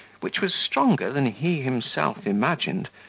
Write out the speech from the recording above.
which was stronger than he himself imagined,